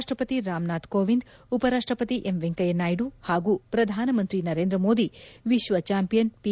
ರಾಷ್ಟ ಪತಿ ರಾಮ್ನಾಥ್ ಕೋವಿಂದ್ ಉಪರಾಷ್ಟ ಪತಿ ಎಂ ವೆಂಕಯ್ಯನಾಯ್ದು ಹಾಗೂ ಪ್ರಧಾನಮಂತ್ರಿ ನರೇಂದ್ರಮೋದಿ ವಿಶ್ವ ಚಾಂಪಿಯನ್ ಪಿ